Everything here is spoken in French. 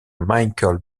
michael